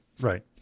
Right